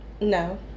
No